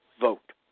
vote